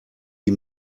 die